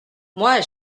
moi